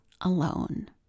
alone